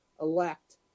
elect